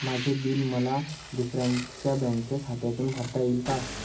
माझे बिल मला दुसऱ्यांच्या बँक खात्यातून भरता येईल का?